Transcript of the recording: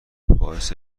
باعث